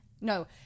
no